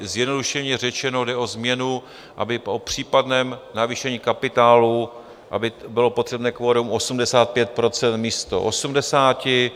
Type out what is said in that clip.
Zjednodušeně řečeno jde o změnu, aby po případném navýšení kapitálu bylo potřebné kvorum 85 % místo 80.